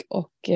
och